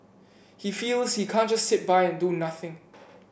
he feels he can't just sit by and do nothing